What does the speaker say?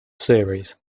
series